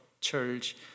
church